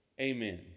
amen